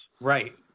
Right